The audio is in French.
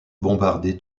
bombardé